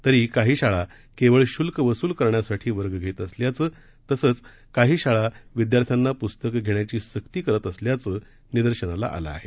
तरी काही शाळा केवळ शुल्क वसुल करण्यासाठी वर्ग घेत असल्याचं तसंच काही शाळा विद्यार्थ्यांना पुस्तकं घेण्याची सक्ती करत असल्याचं निदर्शनास आलं आहे